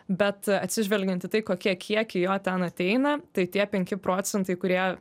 bet atsižvelgiant į tai kokie kiekiai jo ten ateina tai tie penki procentai kurie